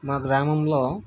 మా గ్రామంలో